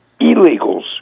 illegals